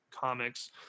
comics